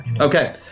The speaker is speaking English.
Okay